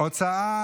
הוצאה